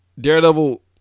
Daredevil